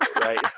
right